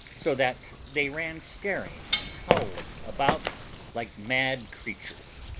so that they ran staring and howling about like mad creatures.